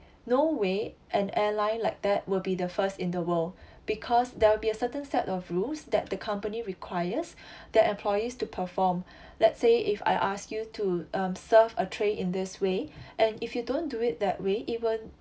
no way an airline like that will be the first in the world because there will be a certain set of rules that the company requires that employees to perform let's say if I ask you to um serve a tray in this way and if you don't do it that way even